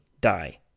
die